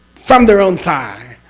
from their own side!